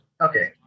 Okay